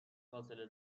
فاصله